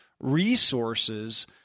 resources